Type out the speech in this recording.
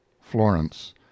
florence